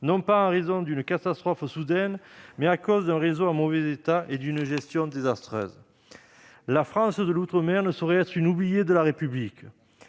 non pas en raison d'une catastrophe soudaine, mais à cause d'un réseau en mauvais état et d'une gestion désastreuse. La France de l'outre-mer ne saurait être une oubliée de la République.